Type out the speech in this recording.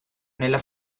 nella